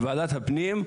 בוועדת הפנים,